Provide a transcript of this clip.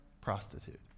prostitute